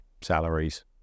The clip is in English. salaries